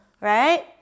right